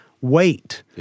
wait